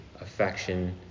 affection